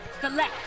Collect